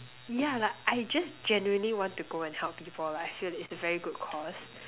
yeah like I just genuinely want to go and help people I feel that it's a very good cause